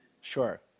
Sure